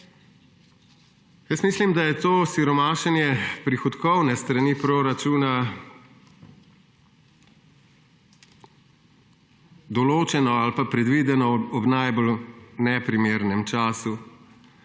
Mislim, da je to siromašenje prihodkovne strani proračuna določeno ali pa predvideno ob najbolj neprimernem času.